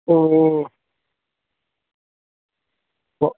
ഓ ഓ ഓ